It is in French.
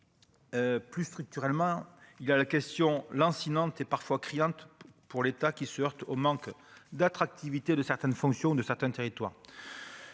Plus structurellement il a la question lancinante et parfois criantes pour l'État qui se heurte au manque d'attractivité de certaines fonctions de certains territoires,